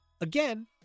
Again